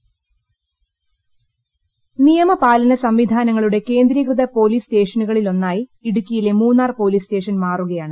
police station intro നിയമപാലന സംവിധാനങ്ങളുടെ കേന്ദ്രീകൃത പോലീസ് സ്റ്റേഷനുകളിലൊന്നായി ഇടുക്കിയിലെ മൂന്നാർ പോലീസ് സ്റ്റേഷൻ മാറുകയാണ്